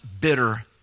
bitter